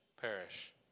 perish